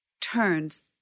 turns